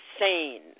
insane